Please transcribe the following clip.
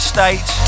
State